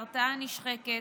ההרתעה נשחקת,